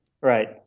Right